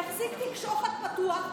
יחזיק תיק שוחד פתוח.